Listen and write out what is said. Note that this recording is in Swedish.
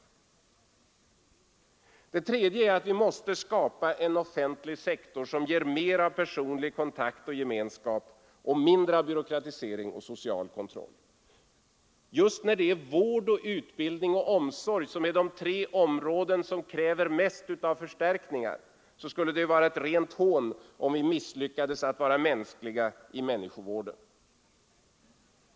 För det tredje måste vi skapa en offentlig sektor, som ger mer av personlig kontakt och gemenskap, mindre av byråkratisering och social kontroll. Just därför att det är vård, utbildning och omsorg som kräver växande resurser, skulle det ju te sig som ett rent hån, om vi misslyckades att vara mänskliga i människovården.